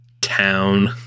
town